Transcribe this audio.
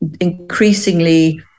increasingly